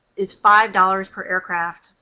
is five dollars per aircraft.